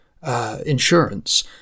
Insurance